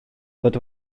fod